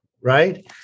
right